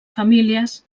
famílies